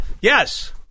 Yes